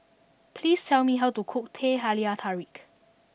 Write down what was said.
please tell me how to cook Teh Halia Tarik